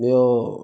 ॿियो